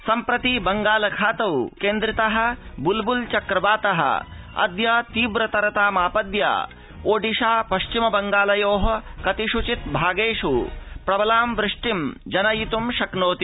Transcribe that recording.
सम्प्रति बंगाल खातौ केन्द्रितः बुलबुल चक्रवातः अद्य तीव्रतरतामापद्य ओडिशा पश्चिमबंगालयोः कतिषुचिद् भागेषु प्रबलां वृष्टिं जनयितुं शक्नोति